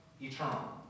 eternal